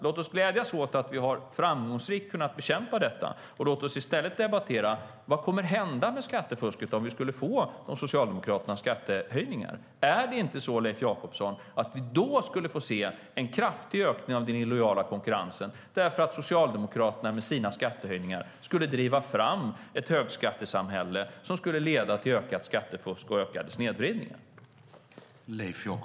Låt oss glädjas åt att vi framgångsrikt har kunnat bekämpa detta, och låt oss i stället debattera vad som kommer att hända med skattefusket om vi skulle få Socialdemokraternas skattehöjningar. Är det inte så, Leif Jakobsson, att vi då skulle få se en kraftig ökning av den illojala konkurrensen därför att Socialdemokraterna med sina skattehöjningar skulle driva fram ett högskattesamhälle som skulle leda till ökat skattefusk och ökade snedvridningar?